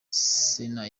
sena